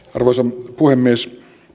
arvoisa puhemies